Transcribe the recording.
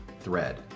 thread